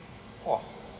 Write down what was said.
!wah!